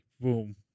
Boom